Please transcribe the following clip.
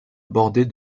bordée